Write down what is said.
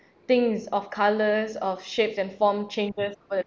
things of colours of shapes and form changes over the